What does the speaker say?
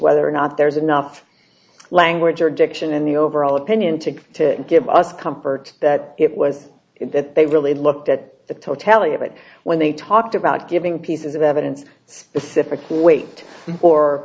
whether or not there's enough language or objection in the overall opinion to to give us comfort that it was that they really looked at the totality of it when they talked about giving pieces of evidence specific weight or